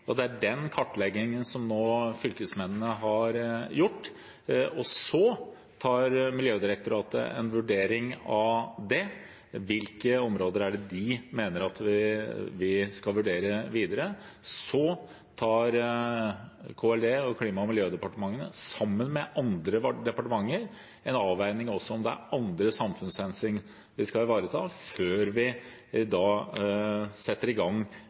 og det er den kartleggingen som fylkesmennene nå har gjort. Så tar Miljødirektoratet en vurdering av det, hvilke områder de mener man skal vurdere videre. Så gjør Klima- og miljødepartementet, sammen med andre departementer, en avveining av om det også er andre samfunnshensyn vi skal ivareta, før vi setter i gang